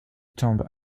tombent